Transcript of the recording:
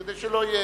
כדי שלא יהיה,